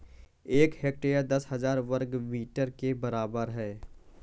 एक हेक्टेयर दस हजार वर्ग मीटर के बराबर है